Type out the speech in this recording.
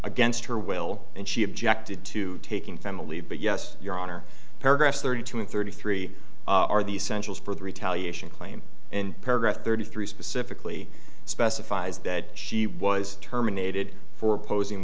against her will and she objected to taking family but yes your honor paragraph thirty two and thirty three are the essentials for the retaliation claim and paragraph thirty three specifically specifies that she was terminated for opposing